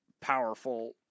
powerful